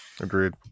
Agreed